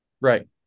right